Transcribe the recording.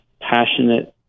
passionate